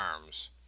arms